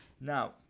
Now